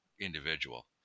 individual